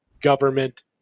government